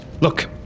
Look